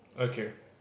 okay